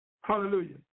Hallelujah